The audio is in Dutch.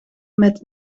met